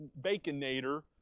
baconator